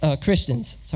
Christians